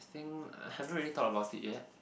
I think I haven't really thought about it yet